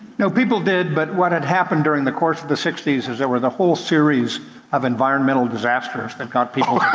no, people did. but what had happened during the course of the sixty s is there were the whole series of environmental disasters that got people